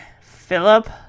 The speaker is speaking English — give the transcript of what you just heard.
Philip